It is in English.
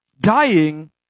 Dying